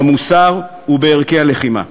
במוסר ובערכי הלחימה.